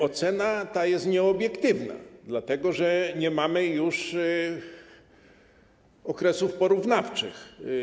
Ocena ta jest nieobiektywna, dlatego że nie mamy już okresów porównawczych.